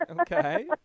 Okay